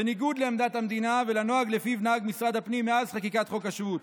בניגוד לעמדת המדינה ולנוהג שלפיו נהג משרד הפנים מאז חקיקת חוק השבות.